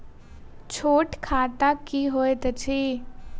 छोट खाता की होइत अछि